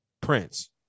Prince